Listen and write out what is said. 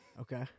Okay